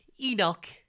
Enoch